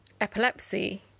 epilepsy